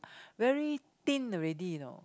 very thin already you know